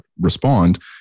respond